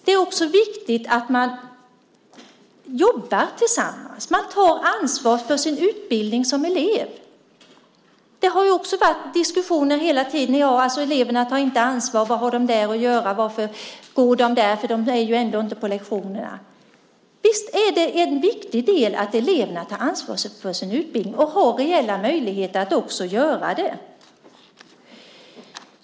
Det är också viktigt att man jobbar tillsammans. Man tar ansvar för sin utbildning som elev. Det har också varit diskussioner om att elever inte tar ansvar. Vad har de där att göra? Varför går de där för de är ju ändå inte på lektionerna? Visst är det en viktig del att eleverna tar ansvar för sin utbildning och har reella möjligheter att också göra det.